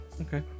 Okay